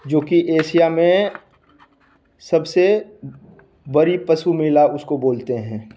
जो कि एशिया में सबसे बड़ी पशु मेला उसको बोलते हैं